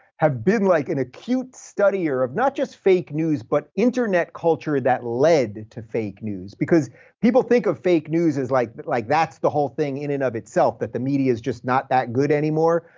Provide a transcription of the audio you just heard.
have been like an acute studier of not just fake news, but internet culture that led to fake news, because people think of fake news as like but like that's the whole thing in and of itself, but the media's just not that good anymore,